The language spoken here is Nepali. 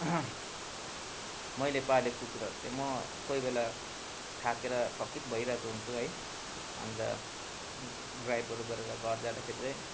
मैले पालेक कुकुरहरू चाहिँ म कोही बेला थाकेर थकित भइरहेको हुन्छु है अन्त ड्राइभहरू गरेर घर जाँदाखेरि चाहिँ